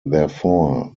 therefore